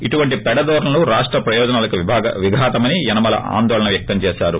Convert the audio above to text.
ఇటువంటి పెడధోరణులు రాష్ట ప్రయోజనాలకు విఘాతమని యనమల ఆందోళన వ్యక్తం చేశారు